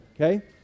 okay